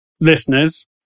Listeners